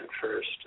first